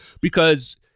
because-